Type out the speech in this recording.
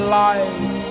life